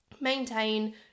maintain